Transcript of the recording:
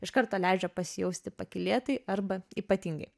iš karto leidžia pasijausti pakylėtai arba ypatingai